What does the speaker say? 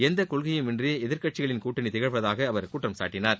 எந்த ஒரு கொள்கையும் இன்றி எதிர்க்கட்சிகளின் கூட்டணி திகழ்வதாக அவர் குற்றம் சாட்டினார்